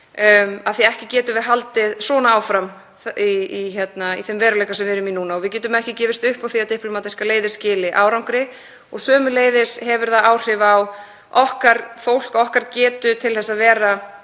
af því að ekki getum við haldið svona áfram í þeim veruleika sem við erum í núna. Við getum ekki gefist upp á því að diplómatískar leiðir skili árangri og sömuleiðis hefur það áhrif á okkar fólk, okkar getu til að vera